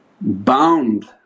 bound